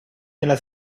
nella